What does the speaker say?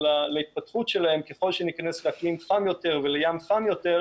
להתפתחות שלהם ככל שניכנס לאקלים חם יותר ולים חם יותר,